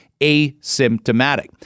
asymptomatic